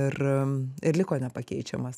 ir ir liko nepakeičiamas